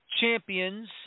champions